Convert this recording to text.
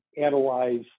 analyze